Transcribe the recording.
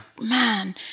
man